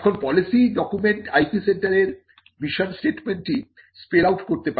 এখন policy document IP সেন্টারের mission স্টেটমেন্টটি স্পেল আউট করতে পারে